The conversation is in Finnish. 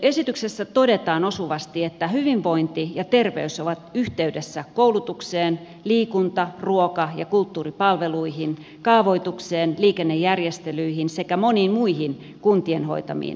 esityksessä todetaan osuvasti että hyvinvointi ja terveys ovat yhteydessä koulutukseen liikunta ruoka ja kulttuuripalveluihin kaavoitukseen liikennejärjestelyihin sekä moniin muihin kuntien hoitamiin tehtäviin